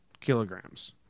kilograms